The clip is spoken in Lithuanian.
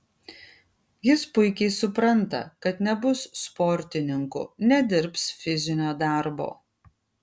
jis puikiai supranta kad nebus sportininku nedirbs fizinio darbo